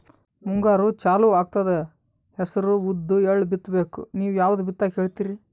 ಮುಂಗಾರು ಚಾಲು ಆಗ್ತದ ಹೆಸರ, ಉದ್ದ, ಎಳ್ಳ ಬಿತ್ತ ಬೇಕು ನೀವು ಯಾವದ ಬಿತ್ತಕ್ ಹೇಳತ್ತೀರಿ?